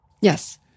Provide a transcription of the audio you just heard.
Yes